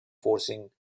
forcing